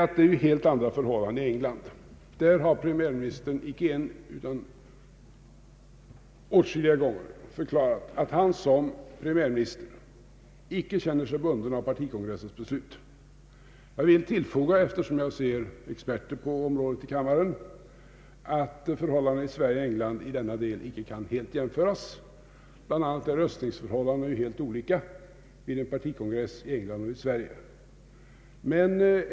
Helt andra förhållanden råder i England. Där har premiärministern, icke en utan åtskilliga gånger, förklarat att han som premiärminister icke känner sig bunden av partikongressens beslut. Jag vill tillfoga, eftersom jag ser experter på området i kammaren, att förhållandena i Sverige och i England i denna del icke kan helt jämföras. Bland annat är röstningsförhållandena helt olika vid partikongressen i England och vid partikongressen i Sverige.